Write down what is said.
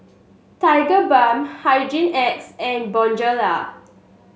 Tigerbalm Hygin X and Bonjela